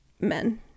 men